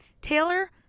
Taylor